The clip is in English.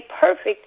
perfect